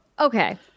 Okay